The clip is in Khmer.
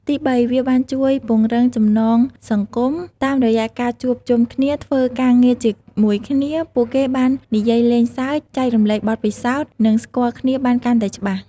ទីបី វាបានជួយ ពង្រឹងចំណងសង្គម តាមរយៈការជួបជុំគ្នាធ្វើការងារជាមួយគ្នា ពួកគេបាននិយាយលេងសើច ចែករំលែកបទពិសោធន៍ និងស្គាល់គ្នាបានកាន់តែច្បាស់។